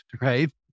right